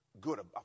good